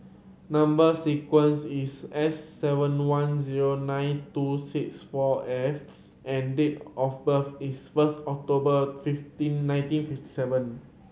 number sequence is S seven one zero nine two six four F and date of birth is first October fifty nineteen fifty seven